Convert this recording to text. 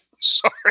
Sorry